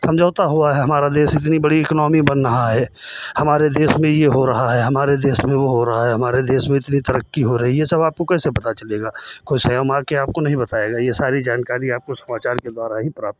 समझौता हुआ है हमारा देश इतनी बड़ी इकोनॉमी बन रहा है हमारे देश में यह हो रहा है हमारे देश में वह हो रहा है हमारे देश में इतनी तरक्की हो रही है यह सब आपको कैसे पता चलेगा कोई स्वयं आकर आपको नहीं बताएगा यह सारी जानकारियाँ आपको समाचार के द्वारा ही प्राप्त होंगी